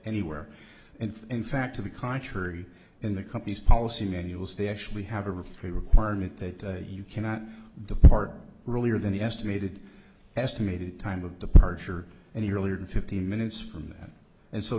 anywhere and in fact to the contrary in the company's policy manuals they actually have a requirement that you cannot depart really are than the estimated estimated time of departure and he earlier than fifteen minutes from that and so